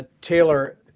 Taylor